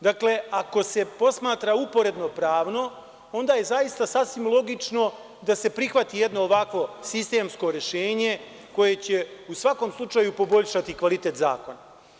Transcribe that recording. Dakle, ako se posmatra uporedno pravno, onda je zaista sasvim logično da se prihvati jedno ovakvo sistemsko rešenje, koje će, u svakom slučaju, poboljšati kvalitet zakona.